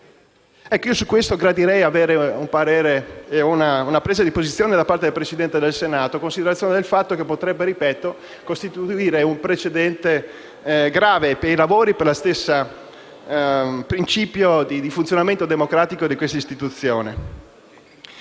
prossimità. Su questo gradirei avere il parere e una presa di posizione da parte del Presidente del Senato, in considerazione del fatto che ciò potrebbe costituire un precedente grave, per i lavori e per lo stesso principio di funzionamento democratico dell'istituzione.